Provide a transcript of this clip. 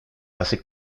hace